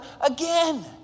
again